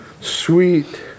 Sweet